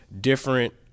different